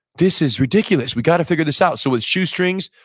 this is ridiculous. we got to figure this out. so with shoestrings,